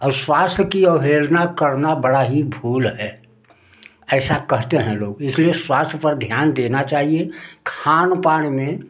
और स्वास्थ्य की अवहेलना करना बड़ा ही भूल है ऐसा कहते हैं लोग इसलिए स्वास्थ्य पर ध्यान देना चाहिए खान पान में